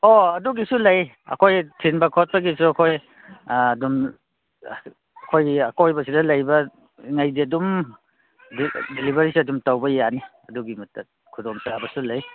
ꯑꯣ ꯑꯗꯨꯒꯤꯁꯨ ꯂꯩ ꯑꯩꯈꯣꯏ ꯊꯤꯟꯕ ꯈꯣꯠꯄꯒꯤꯁꯨ ꯑꯩꯈꯣꯏ ꯑꯗꯨꯝ ꯑꯩꯈꯣꯏꯒꯤ ꯑꯀꯣꯏꯕꯁꯤꯗ ꯂꯩꯕꯈꯩꯗꯤ ꯑꯗꯨꯝ ꯗꯤꯂꯤꯕꯔꯤꯁꯦ ꯑꯗꯨꯝ ꯇꯧꯕ ꯌꯥꯅꯤ ꯑꯗꯨꯒꯤꯃꯛꯇ ꯈꯨꯗꯣꯡꯆꯥꯕꯁꯨ ꯂꯩ